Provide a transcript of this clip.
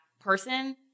person